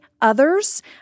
others